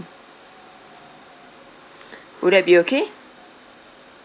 would that be okay